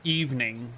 evening